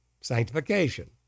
Sanctification